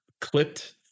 clipped